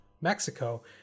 Mexico